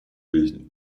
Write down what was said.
жизни